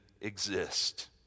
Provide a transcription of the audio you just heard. exist